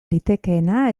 litekeena